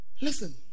Listen